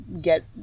get